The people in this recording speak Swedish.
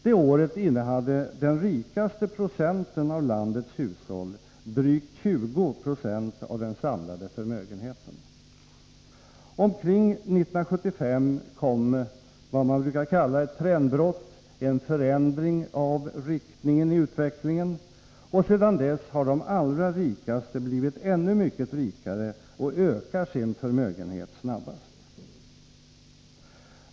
Det året innehade den rikaste procenten av landets hushåll drygt 20 90 av den samlade förmögenheten. Omkring 1975 kom vad man brukar kalla ett trendbrott — en förändring av utvecklingsriktningen — och sedan dess har de allra rikaste blivit ännu mycket rikare och ökar sin förmögenhet snabbast.